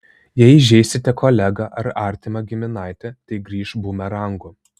jei įžeisite kolegą ar artimą giminaitį tai grįš bumerangu